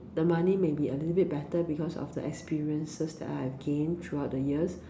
the money may be a little bit better because of the experiences that I have gained throughout the years